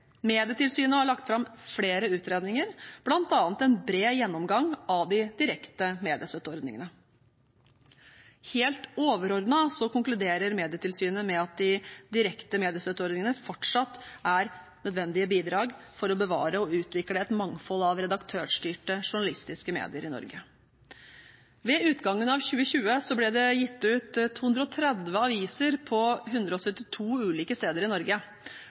Medietilsynet har lagt fram flere utredninger, bl.a. en bred gjennomgang av de direkte mediestøtteordningene. Helt overordnet konkluderer Medietilsynet med at de direkte mediestøtteordningene fortsatt er nødvendige bidrag for å bevare og utvikle et mangfold av redaktørstyrte, journalistiske medier i Norge. Ved utgangen av 2020 ble det gitt ut 230 aviser på 172 ulike steder i Norge,